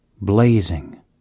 blazing